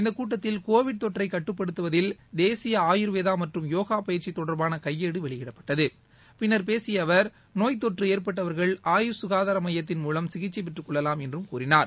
இந்தக் கூட்டத்தில் கோவிட் தொற்றைக் கட்டுப்படுத்தவதில் தேசிய ஆயுர்வேதா மற்றும் யோகா பயிற்சி தொடர்பான கையேடு வெளியிடப்பட்டது பின்னர் பேசிய அவர் நோய்த் தொற்று ஏற்பட்டவர்கள் ஆயுஷ் சுகாதார மையத்தின் மூலம் சிகிச்சைப் பெற்றுக் கொள்ளலாம் என்றார்